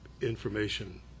information